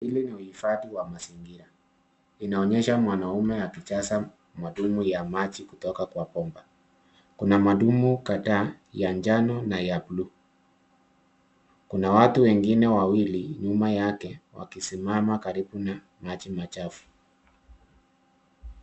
Hili ni uhifadhi wa mazingira inaonyesha mwanaume akijaza madumu ya maji kutoka kwa bomba, kuna madumu kadhaa ya njano na ya buluu. Kuna watu wengine wawili nyuma yake wakisimama karibu na maji machafu.